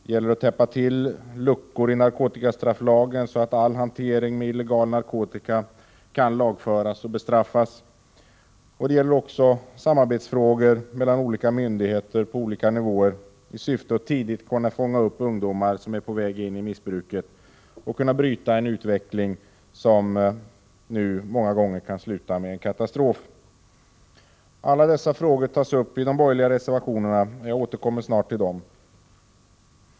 Det gäller att täppa till luckor i narkotikastrafflagen så att all hantering med illegal narkotika kan lagföras och bestraffas, och det gäller samarbetet mellan olika myndigheter på skilda nivåer i syfte att tidigt kunna fånga upp ungdomar, som är på väg in i missbruket, och kunna bryta en utveckling, som många gånger kan sluta med en katastrof. Alla dessa frågor tas upp i de borgerliga reservationerna. Jag återkommer snart till dem.